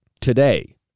Today